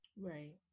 Right